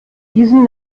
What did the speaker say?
diesen